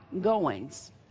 goings